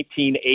1980